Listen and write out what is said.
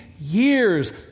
years